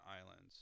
islands